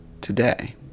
today